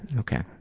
ok.